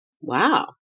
Wow